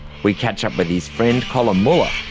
we catch up with his friend colin muller,